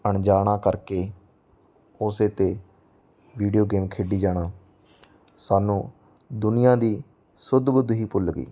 ਅਣਜਾਣਾ ਕਰਕੇ ਉਸ 'ਤੇ ਵੀਡੀਓ ਗੇਮ ਖੇਡੀ ਜਾਣਾ ਸਾਨੂੰ ਦੁਨੀਆਂ ਦੀ ਸੁੱਧ ਬੁੱਧ ਹੀ ਭੁੱਲ ਗਈ